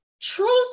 truth